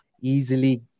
easily